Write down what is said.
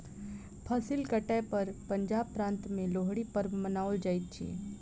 फसिल कटै पर पंजाब प्रान्त में लोहड़ी पर्व मनाओल जाइत अछि